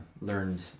learned